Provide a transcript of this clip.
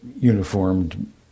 uniformed